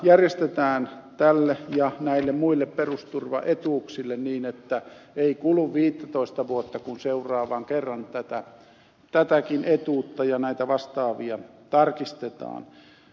järjestetään asia tälle ja näille muille perusturvaetuuksille niin että ei kulu viittätoista vuotta kun seuraavan kerran tätäkin etuutta ja näitä vastaavia tarkistetaan